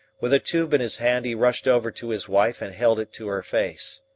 with a tube in his hand he rushed over to his wife and held it to her face.